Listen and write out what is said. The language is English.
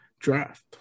draft